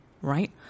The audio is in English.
right